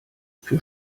für